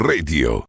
Radio